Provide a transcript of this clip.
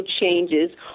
changes